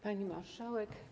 Pani Marszałek!